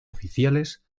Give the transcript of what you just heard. oficiales